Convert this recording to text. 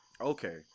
Okay